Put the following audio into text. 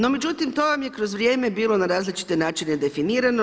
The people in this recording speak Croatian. No međutim, to vam je kroz vrijeme bilo za različite načine definirano.